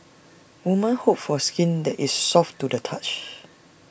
women hope for skin that is soft to the touch